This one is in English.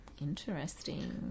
interesting